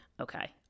Okay